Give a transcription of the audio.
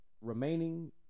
remaining